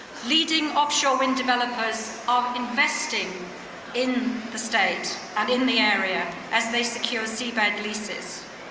leading offshore wind developers are investing in the state and in the area as they secure seabed leases.